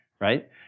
right